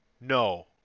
No